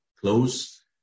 close